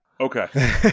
Okay